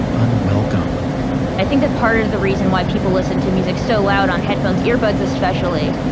unwelcome i think that part of the reason why people listen to music so loud on headphones, earbuds especially,